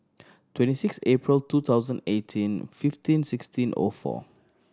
twenty six April two thousand eighteen fifteen sixteen O four